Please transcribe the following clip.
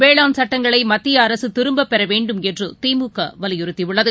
வேளாண் சட்டங்களைமத்தியஅரசுதிரும்பட் பெறவேண்டும் என்றுதிமுகவலியுறுத்தியுள்ளது